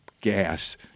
gas